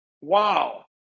Wow